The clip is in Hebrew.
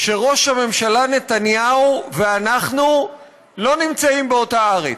שראש הממשלה נתניהו ואנחנו לא נמצאים באותה ארץ,